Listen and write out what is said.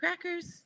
Crackers